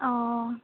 অ